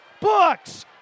books